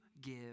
give